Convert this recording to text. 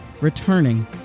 returning